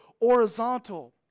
horizontal